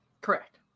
Correct